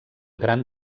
gran